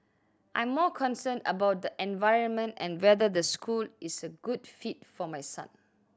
I'm more concerned about the environment and whether the school is a good fit for my son